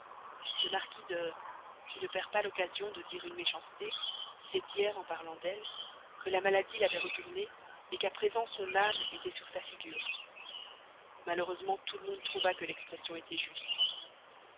le marquis de qui ne perd pas l'occasion de dire une méchanceté disait hier en parlant d'elle que la maladie l'avait retournée qu'à présent son âme était sur sa figure malheureusement tout le monde trouva que l'expression était juste